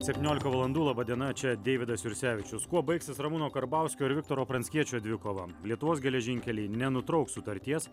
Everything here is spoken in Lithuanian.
septyniolika valandų laba diena čia deividas jursevičius kuo baigsis ramūno karbauskio ir viktoro pranckiečio dvikova lietuvos geležinkeliai nenutrauks sutarties